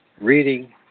Reading